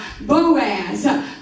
Boaz